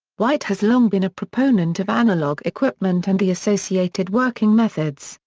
white has long been a proponent of analog equipment and the associated working methods,